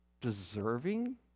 deserving